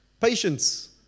Patience